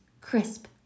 crisp